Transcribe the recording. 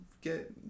get